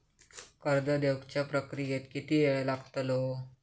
कर्ज देवच्या प्रक्रियेत किती येळ लागतलो?